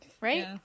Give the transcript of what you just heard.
Right